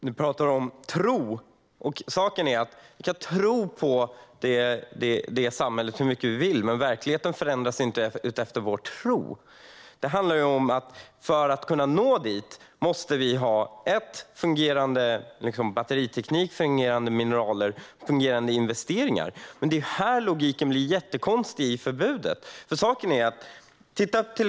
Fru talman! Du talar om tro, Anna-Caren Sätherberg. Vi kan tro på det samhället hur mycket vi vill. Men verkligheten förändras inte efter vår tro. För att kunna nå dit måste vi ha fungerande batteriteknik, fungerande mineraler och fungerande investeringar. Det är här logiken i förbudet blir jättekonstig.